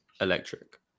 electric